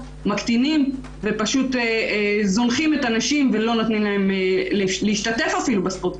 מקטינים ופשוט זונחים את הנשים ולא נותנים להן להשתתף אפילו בספורט,